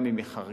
גם אם היא חרגה,